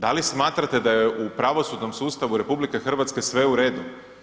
Da li smatrate da je pravosudnom sustavu RH sve u redu?